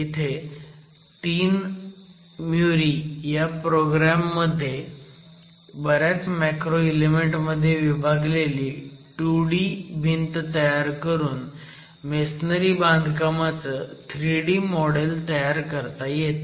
इथे 3MURI ह्या program मध्ये बऱ्याच मॅक्रो इलेमेंट मध्ये विभागलेली 2D भिंत तयार करून मेसनरी बांधकामाचं 3D मॉडेल तयार करता येतं